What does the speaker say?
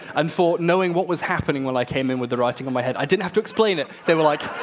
and for knowing what was happening when i came in with the writing on my head, i didn't have to explain it. they were like,